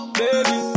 baby